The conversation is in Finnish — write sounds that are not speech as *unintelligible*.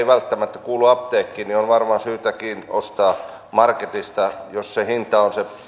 *unintelligible* välttämättä kuulu apteekkiin on varmaan syytäkin ostaa marketista jos se hinta on se